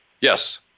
Yes